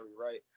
right